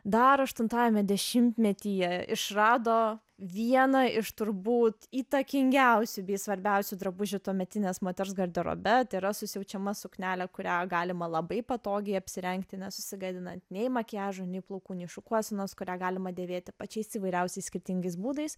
dar aštuntajame dešimtmetyje išrado vieną iš turbūt įtakingiausių bei svarbiausių drabužių tuometinės moters garderobe tai yra su siaučiamą suknelę kurią galima labai patogiai apsirengti nesusigadinant nei makiažo nei plaukų nei šukuosenos kurią galima dėvėti pačiais įvairiausiais skirtingais būdais